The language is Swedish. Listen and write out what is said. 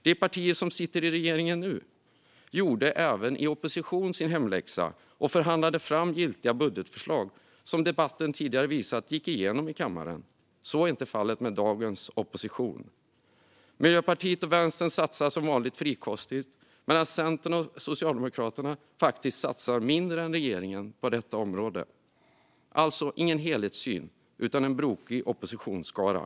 De partier som sitter i regeringen nu gjorde även i opposition sin hemläxa och förhandlade fram giltiga budgetförslag, som debatten också visat gick igenom i kammaren. Så är inte fallet med dagens opposition. Miljöpartiet och Vänstern satsar som vanligt frikostigt medan Centern och Socialdemokraterna faktiskt satsar mindre än regeringen på detta område. Det finns alltså ingen helhetssyn, utan en brokig oppositionsskara.